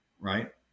Right